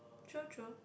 true true